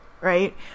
Right